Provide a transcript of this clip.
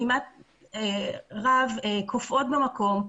כמעט רב, קופאות במקום.